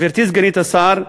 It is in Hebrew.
גברתי סגנית השר,